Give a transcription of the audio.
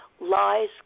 Lies